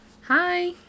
Hi